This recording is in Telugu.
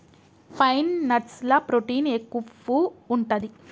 పైన్ నట్స్ ల ప్రోటీన్ ఎక్కువు ఉంటది